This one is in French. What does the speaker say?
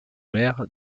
mer